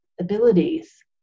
abilities